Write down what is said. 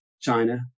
China